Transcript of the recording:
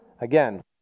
Again